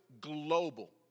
global